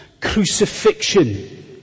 crucifixion